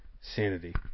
Sanity